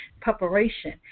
Preparation